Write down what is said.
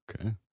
Okay